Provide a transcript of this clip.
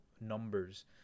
numbers